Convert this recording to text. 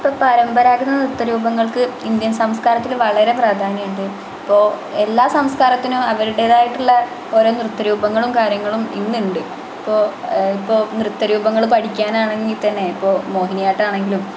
ഇപ്പം പരമ്പരാഗത നൃത്തരൂപങ്ങൾക്ക് ഇന്ത്യൻ സംസ്കാരത്തിൽ വളരെ പ്രാധാന്യമുണ്ട് അപ്പോൾ എല്ലാ സംസ്കാരത്തിനും അവരുടേതായിട്ടുള്ള ഓരോ നൃത്തരൂപങ്ങളും കാര്യങ്ങളും ഇന്നുണ്ട് ഇപ്പോൾ ഇപ്പോൾ നൃത്തരൂപങ്ങൾ പഠിക്കാനാണെങ്കിൽ തന്നെ ഇപ്പോൾ മോഹിനിയാട്ടം ആണെങ്കിലും